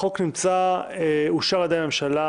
אושר פה אחד.